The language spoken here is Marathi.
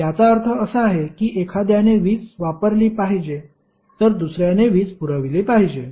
याचा अर्थ असा आहे की एखाद्याने वीज वापरली पाहिजे तर दुसर्याने वीज पुरवली पाहिजे